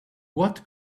what